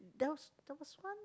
there was there was one